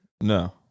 No